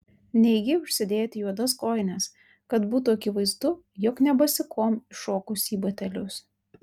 neigi užsidėti juodas kojines kad būtų akivaizdu jog ne basikom iššokusi į batelius